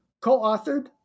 co-authored